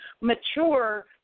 mature